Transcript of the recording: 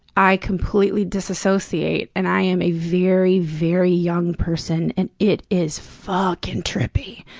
i completely disassociate, and i am a very, very young person and it is fuckin' trippy.